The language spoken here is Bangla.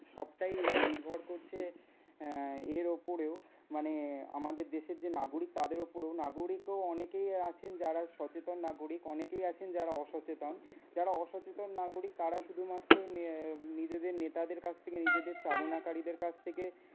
সবটাই নির্ভর করছে এর ওপরেও মানে আমাদের দেশের যে নাগরিক তাদের ওপরেও নাগরিকও অনেকেই আছেন যারা সচেতন নাগরিক অনেকেই আছেন যারা অসচেতন যারা অসচেতন নাগরিক তারা শুধুমাত্র নিজেদের নেতাদের কাছ থেকে নিজেদের চালনাকারীদের কাছ থেকে